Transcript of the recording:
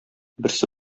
берсе